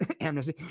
Amnesty